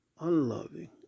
unloving